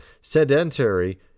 sedentary